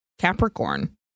Capricorn